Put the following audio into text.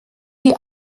die